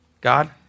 God